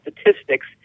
statistics